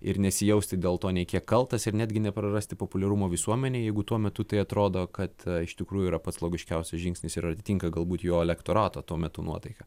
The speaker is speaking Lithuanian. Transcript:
ir nesijausti dėl to nei kiek kaltas ir netgi neprarasti populiarumo visuomenėj jeigu tuo metu tai atrodo kad iš tikrųjų yra pats logiškiausias žingsnis ir atitinka galbūt jo elektorato tuo metu nuotaiką